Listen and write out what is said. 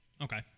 Okay